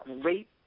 great